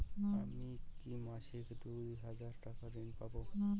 আমি কি মাসিক দুই হাজার টাকার ঋণ পাব?